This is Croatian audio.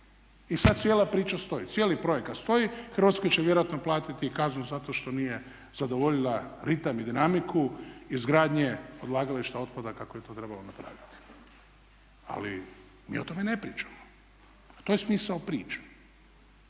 I sad cijela priča stoji, cijeli projekat stoji. Hrvatska će vjerojatno platiti kaznu zato što nije zadovoljila ritam i dinamiku izgradnje odlagališta otpada kako je to trebalo napraviti. Ali mi o tome ne pričamo. Pa to je smisao priče.